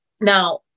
Now